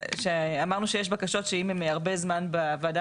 אמרנו שאם יש בקשות שנמצאות הרבה זמן בוועדה